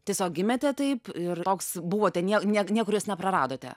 tiesiog gimėte taip ir toks buvote nie nie niekur jos nepraradote